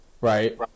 Right